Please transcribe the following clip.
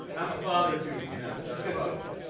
and i'm a father too, you know, other folks.